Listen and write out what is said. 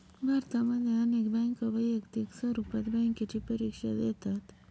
भारतामध्ये अनेक बँका वैयक्तिक स्वरूपात बँकेची परीक्षा घेतात